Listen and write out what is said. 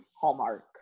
hallmark